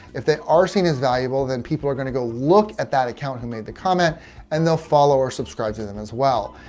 if they are seen as valuable, then people are going to go look at that account who made the comment and they'll follow or subscribe to them as well.